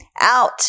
out